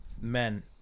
men